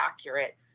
accurate